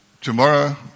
Tomorrow